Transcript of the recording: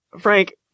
Frank